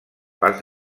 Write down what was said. pas